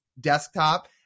desktop